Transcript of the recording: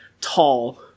tall